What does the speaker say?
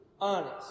honest